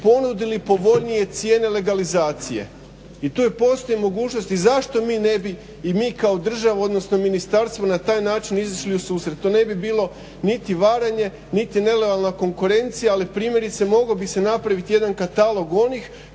ponudili povoljnije cijene legalizacije. I tu postoji mogućnost i zašto mi ne bi i mi kao država odnosno ministarstvo na taj način izišli u susret. To ne bi bilo niti varanje, niti nelojalna konkurencija, ali primjerice mogao bi se napraviti jedan katalog onih